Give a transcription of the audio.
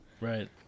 right